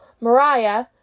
Mariah